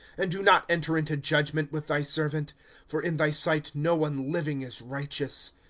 and do not enter into judgment with thy servant for in thy sight no one living is righteous.